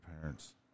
parents